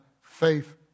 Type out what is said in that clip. faith